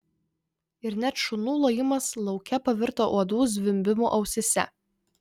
ir net šunų lojimas lauke pavirto uodų zvimbimu ausyse